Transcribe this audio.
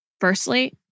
Firstly